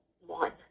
one